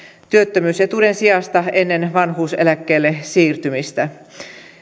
työttömyysetuuden sijasta ennen vanhuuseläkkeelle siirtymistä